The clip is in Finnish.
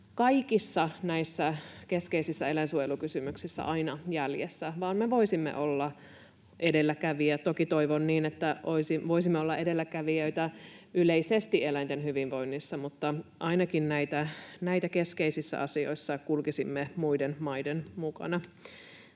kaikissa näissä keskeisissä eläinsuojelukysymyksissä aina jäljessä, vaan me voisimme olla edelläkävijä. Toki toivon niin, että voisimme olla edelläkävijöitä yleisesti eläinten hyvinvoinnissa, mutta ainakin näissä keskeisissä asioissa kulkisimme muiden maiden mukana.